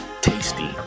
tasty